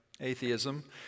atheism